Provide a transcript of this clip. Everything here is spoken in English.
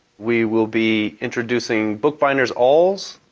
we will be introducing bookbinders awls,